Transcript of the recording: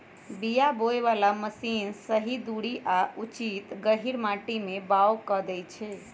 बीया बोय बला मशीन सही दूरी आ उचित गहीर माटी में बाओ कऽ देए छै